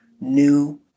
new